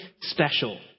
special